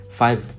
five